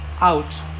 out